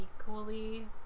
equally